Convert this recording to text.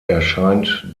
erscheint